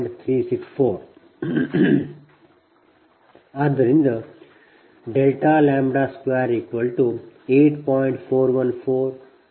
5686